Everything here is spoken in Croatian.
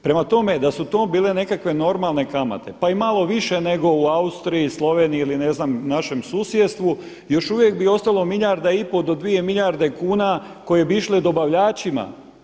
Prema tome, da su to bile nekakve normalne kamate, pa i malo više nego u Austriji, Sloveniji ili ne znam našem susjedstvu još uvijek bi ostalo milijarda i pol do dvije milijarde kuna koje bi išle dobavljačima.